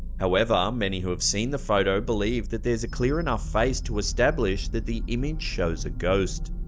however, many who have seen the photo believe that there's a clear enough face to establish that the image shows a ghost.